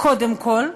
קודם כול,